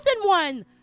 one